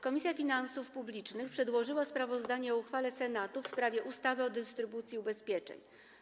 Komisja Finansów Publicznych przedłożyła sprawozdanie o uchwale Senatu w sprawie ustawy o dystrybucji ubezpieczeń.